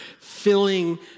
filling